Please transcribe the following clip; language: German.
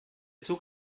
zug